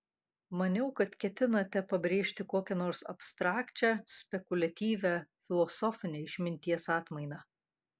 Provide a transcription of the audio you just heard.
maniau kad ketinate pabrėžti kokią nors abstrakčią spekuliatyvią filosofinę išminties atmainą